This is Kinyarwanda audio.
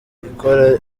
ikora